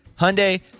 Hyundai